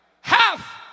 Half